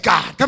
God